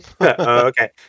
Okay